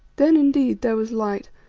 then, indeed, there was light,